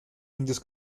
indios